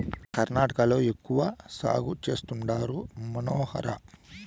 కర్ణాటకలో ఎక్కువ సాగు చేస్తండారు మనోహర